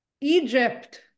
Egypt